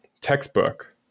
textbook